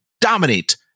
dominate